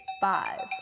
five